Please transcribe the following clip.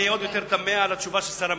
אני עוד יותר תמה על התשובה של שר המדע.